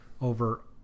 over